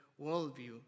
worldview